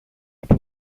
από